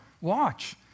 Watch